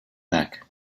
back